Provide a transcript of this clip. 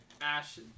Ash